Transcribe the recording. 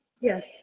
Yes